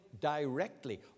directly